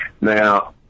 Now